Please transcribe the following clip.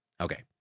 Okay